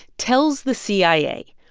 tells the cia,